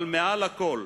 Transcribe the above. אבל מעל הכול,